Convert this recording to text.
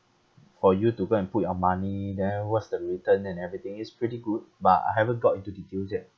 for you to go and put your money there what's the return and everything is pretty good but I haven't got into details yet